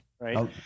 right